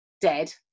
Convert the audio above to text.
dead